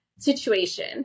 situation